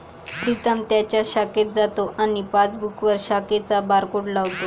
प्रीतम त्याच्या शाखेत जातो आणि पासबुकवर शाखेचा बारकोड लावतो